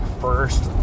first